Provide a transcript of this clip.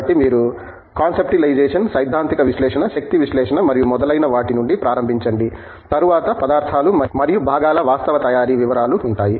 కాబట్టి మీరు కాన్సెప్టిలైజేషన్ సైద్ధాంతిక విశ్లేషణ శక్తి విశ్లేషణ మరియు మొదలైన వాటి నుండి ప్రారంభించండి తరువాత పదార్థాలు మరియు భాగాల వాస్తవ తయారీ వివరాలు ఉంటాయి